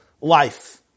life